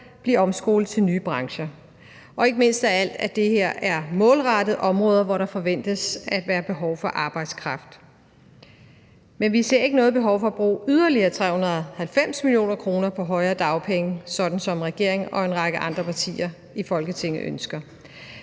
blive omskolet til nye brancher. Og det her er ikke mindst målrettet områder, hvor der forventes at være behov for arbejdskraft. Men vi ser ikke noget behov for at bruge yderligere 390 mio. kr. på højere dagpenge, sådan som regeringen og en række andre partier i Folketinget ønsker.